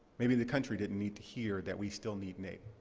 maybe the country didn't need to hear that we still need naep.